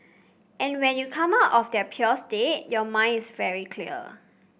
and when you come out of their pure state your mind is very clear